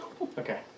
Okay